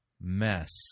mess